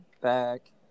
back